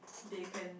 they can